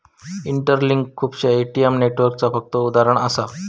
interlink खुपश्या ATM नेटवर्कचा फक्त उदाहरण असा